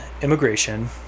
immigration